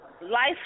life